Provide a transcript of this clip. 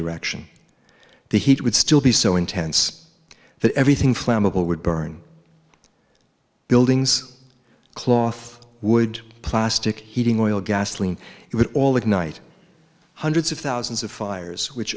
direction the heat would still be so intense that everything flammable would burn buildings cloth would plastic heating oil gasoline it would all ignite hundreds of thousands of fires which